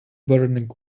burning